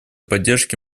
поддержке